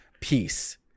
Peace